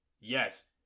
Yes